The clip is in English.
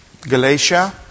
Galatia